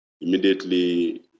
immediately